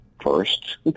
first